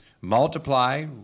multiply